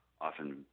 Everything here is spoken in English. often